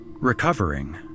Recovering